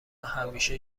همیشه